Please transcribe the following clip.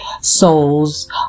souls